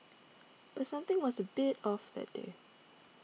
but something was a bit off that day